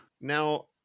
now